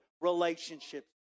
relationships